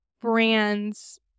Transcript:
brands